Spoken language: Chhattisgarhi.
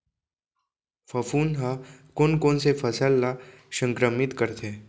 फफूंद ह कोन कोन से फसल ल संक्रमित करथे?